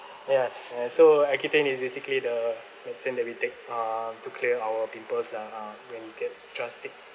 ya uh so accutane is basically the medicine that we take uh to clear our pimples lah uh when it gets drastic